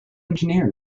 engineer